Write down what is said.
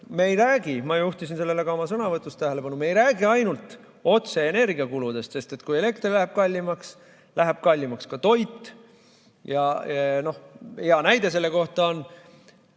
me ei räägi – ma juhtisin sellele ka oma sõnavõtus tähelepanu – ainult otse energiakuludest, sest kui elekter läheb kallimaks, läheb kallimaks ka toit. Hea näide selle kohta: